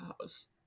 house